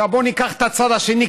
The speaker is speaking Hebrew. ניקח את הצד השני,